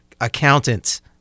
accountants